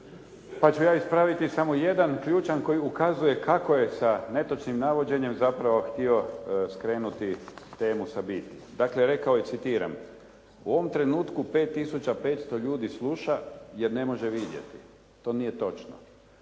pa ću ja ispraviti samo jedan ključan koji ukazuje kako je sa netočnim navođenjem zapravo htio skrenuti temu sa biti. Dakle, rekao je, citiram: "U ovom trenutku 5500 ljudi sluša jer ne može vidjeti." To nije točno.